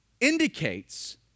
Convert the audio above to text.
indicates